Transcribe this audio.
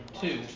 two